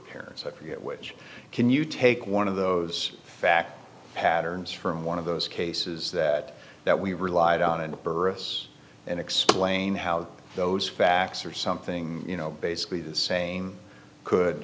parents i forget which can you take one of those fact patterns from one of those cases that that we relied on and a purpose and explain how those facts are something you know basically the same could